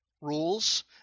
rules